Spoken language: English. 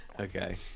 Okay